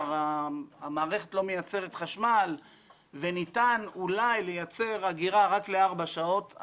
המערכת לא מייצגת חשמל וניתן אולי לייצר אגירה רק לארבע שעות.